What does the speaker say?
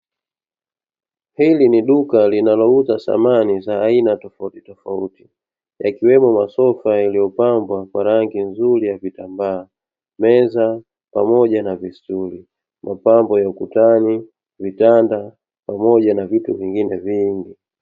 Hili ni duka linalouza samani za aina tofautitofauti, yakiwemo masofa yaliyopambwa kwa rangi nzuri ya kitambaa, meza, pamoja na vistuli, mapambo ya ukutani, vitanda, pamoja na vitu vingine vingi.